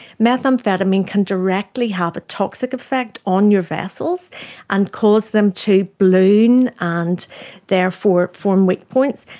methamphetamine can directly have a toxic effect on your vessels and cause them to balloon and therefore form weak points.